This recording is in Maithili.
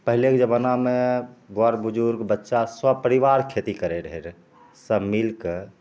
पहिलेके जबानामे बड़ बुजुर्ग बच्चा सब परिबार खेती करै रहै सब मिलके